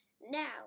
now